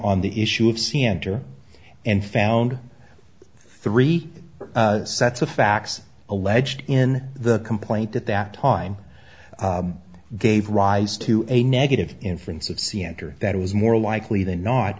on the issue of c n n and found three sets of facts alleged in the complaint at that time gave rise to a negative inference of see enter that it was more likely than not